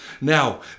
Now